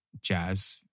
jazz